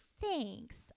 Thanks